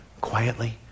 quietly